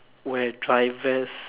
where drivers